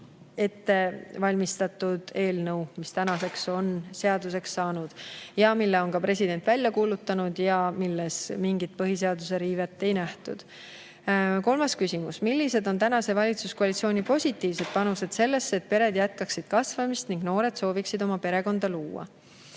ette valmistatud eelnõu, mis tänaseks on saanud seaduseks, mille president on välja kuulutanud ja milles mingit põhiseaduse riivet ei nähtud. Kolmas küsimus: "Millised on tänase valitsuskoalitsiooni positiivsed panused sellesse, et pered jätkaksid kasvamist ning noored sooviksid oma perekonda luua?"